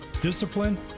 discipline